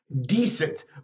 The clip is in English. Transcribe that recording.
Decent